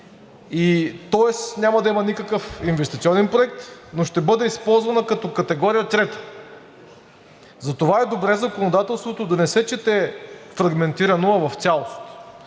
тоест няма да има никакъв инвестиционен проект, но ще бъде използвана като категория трета. Затова е добре законодателството да не се чете фрагментирано, а в цялост.